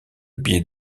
biais